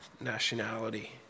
nationality